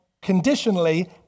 conditionally